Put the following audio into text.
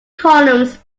columns